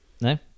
No